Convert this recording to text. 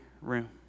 room